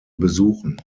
besuchen